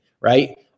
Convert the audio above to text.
right